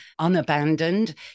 unabandoned